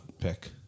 pick